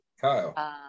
Kyle